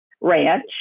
ranch